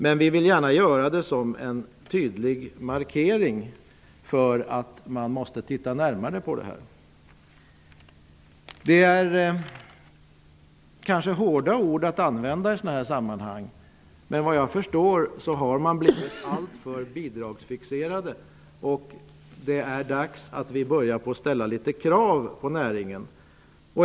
Men vi vill gärna göra det som en tydlig markering om att man måste titta närmare på detta. Det är kanske hårda ord att använda i sådana här sammanhang, men såvitt jag förstår har man blivit alltför bidragsfixerad. Det är dags att vi börjar att ställa litet krav på näringen.